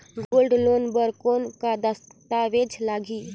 Gold loan बर कौन का दस्तावेज लगही?